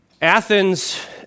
Athens